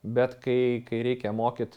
bet kai kai reikia mokyt